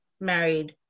married